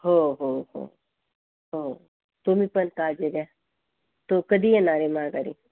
हो हो हो हो तुम्हीपण ताजे घ्या तो कधी येणार आहे माघारी